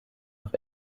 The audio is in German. auf